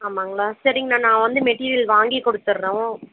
ஆமாங்களா சரிங்கணா நான் வந்து மெட்டீரியல் வாங்கிக் கொடுத்துர்றோம்